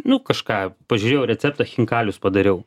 nu kažką pažiūrėjau receptą chinkalius padariau